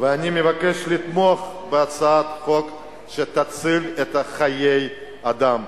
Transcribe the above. אני מבקש לתמוך בהצעת החוק שתציל חיי אדם.